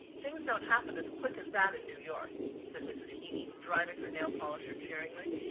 things don't happen as quick as that in new york, said mrs. heeny, driving her nail-polisher cheeringly.